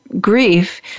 grief